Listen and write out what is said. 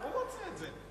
הוא רוצה את זה.